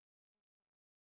seesaw